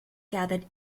gathered